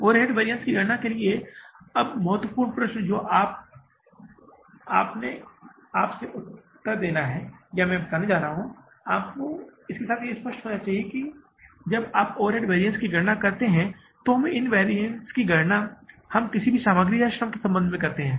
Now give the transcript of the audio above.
overhead variance की गणना के लिए अब महत्वपूर्ण प्रश्न जो आपको अपने आप से उत्तर देना है या मैं आपको बताने जा रहा हूं आपको इसके साथ स्पष्ट होना चाहिए कि जब आप ओवरहेड वैरिअन्स की गणना करते हैं तो हम इन ओवरहेड वैरिअन्स की गणना किसी भी सामग्री या श्रम के संबंध में करते हैं